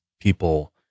people